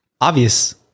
obvious